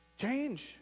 change